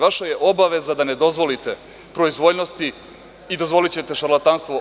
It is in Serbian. Vaša je obaveza da ne dozvolite proizvoljnosti i, dozvolićete, šarlatanstvo.